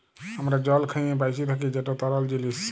আমরা জল খাঁইয়ে বাঁইচে থ্যাকি যেট তরল জিলিস